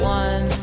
one